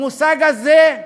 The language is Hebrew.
המושג הזה,